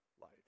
life